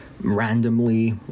randomly